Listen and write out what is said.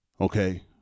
okay